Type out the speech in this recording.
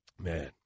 Man